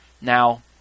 Now